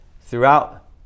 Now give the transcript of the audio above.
throughout